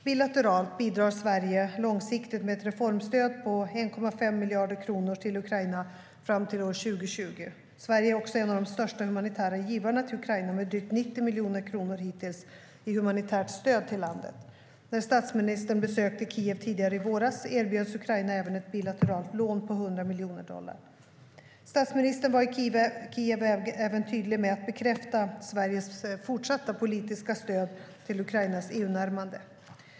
Bilateralt bidrar Sverige långsiktigt med ett reformstöd på 1,5 miljarder kronor till Ukraina fram till år 2020. Sverige är också en av de största humanitära givarna till Ukraina, med drygt 90 miljoner kronor hittills i humanitärt stöd till landet. När statsministern besökte Kiev tidigare i våras erbjöds Ukraina även ett bilateralt lån på 100 miljoner dollar. Statsministern var i Kiev även tydlig med att bekräfta Sveriges fortsatta politiska stöd för Ukrainas EU-närmande.